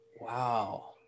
Wow